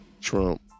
Trump